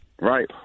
Right